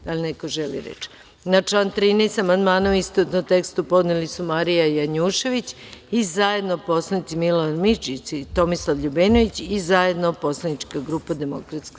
Da li neko želi reč? (Ne) Na član 13. amandmane u istovetnom tekstu podneli su Marija Janjušević i zajedno poslanici Milorad Mirčić i Tomislav LJubenović i zajedno poslanička grupa DS.